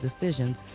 decisions